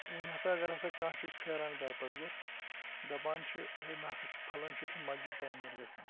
وٕنۍ ہَسا اَگَر ہَسا کانٛہہ چھُ پھیران گَر پَتہٕ گَر دَپان چھِ ہے مےٚ ہَسا چھِ پھَلٲنۍ جایہِ چھِ مَسجِد تعمیٖر گَژھان